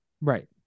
Right